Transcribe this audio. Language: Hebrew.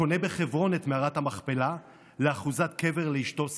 קונה בחברון את מערת המכפלה לאחוזת קבר לאשתו שרה.